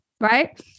right